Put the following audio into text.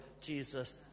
Jesus